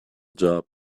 job